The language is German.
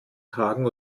tagen